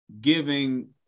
giving